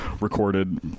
recorded